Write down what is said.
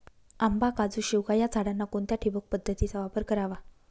आंबा, काजू, शेवगा या झाडांना कोणत्या ठिबक पद्धतीचा वापर करावा?